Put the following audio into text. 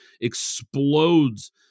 explodes